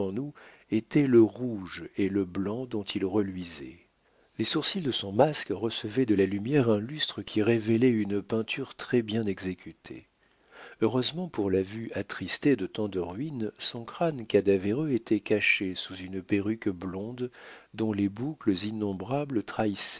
était le rouge et le blanc dont il reluisait les sourcils de son masque recevaient de la lumière un lustre qui révélait une peinture très-bien exécutée heureusement pour la vue attristée de tant de ruines son crâne cadavéreux était caché sous une perruque blonde dont les boucles innombrables